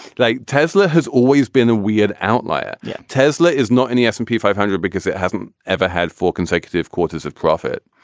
like tesla has always been a weird outlier. yeah tesla is not in the s and p five hundred because it hasn't ever had four consecutive quarters of profit,